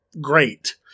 great